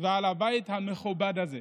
ועל הבית המכובד הזה,